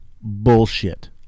bullshit